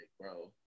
bro